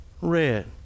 red